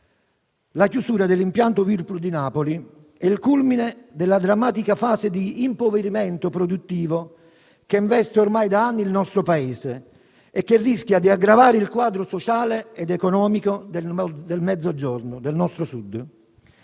La chiusura dell'impianto Whirlpool di Napoli è il culmine della drammatica fase di impoverimento produttivo che investe ormai da anni il nostro Paese e che rischia di aggravare il quadro sociale ed economico del Mezzogiorno, del nostro Sud.